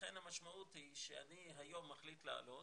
לכן המשמעות היא שאני היום מחליט לעלות